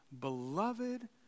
beloved